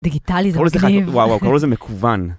דיגיטלי זה מגניב, וואו וואו קראו לזה מקוון.